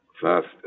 first